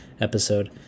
episode